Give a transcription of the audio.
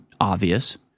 obvious